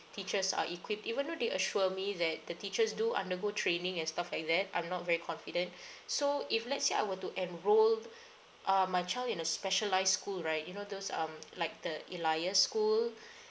teachers are equipped even though they assure me that the teachers do undergo training and stuff like that I'm not very confident so if let's say I were to enroll um my child in a specialised school right you know those um like the elias school